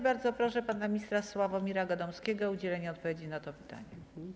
Bardzo proszę pana ministra Sławomira Gadomskiego o udzielenie odpowiedzi na to pytanie.